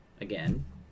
again